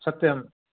सत्यम्